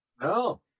No